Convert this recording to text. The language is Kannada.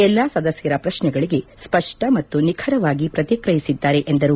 ಎಲ್ಲಾ ಸದಸ್ಯರ ಪ್ರಶ್ನೆಗಳಿಗೆ ಸ್ಪಷ್ಟ ಮತ್ತು ನಿಖರವಾಗಿ ಪ್ರತಿಕ್ರಿಯಿಸಿದ್ದಾರೆ ಎಂದರು